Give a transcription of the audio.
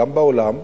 גם בעולם,